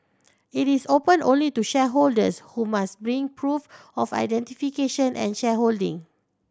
it is open only to shareholders who must bring proof of identification and shareholding